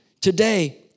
today